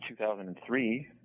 2003